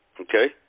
Okay